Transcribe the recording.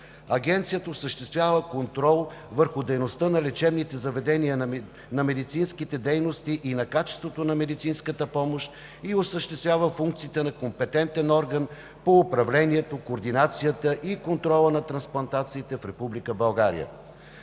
Агенцията осъществява контрол върху дейността на лечебните заведения на медицинските дейности и на качеството на медицинската помощ и осъществява функциите на компетентен орган по управлението, координацията и контрола на трансплантациите в